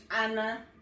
Anna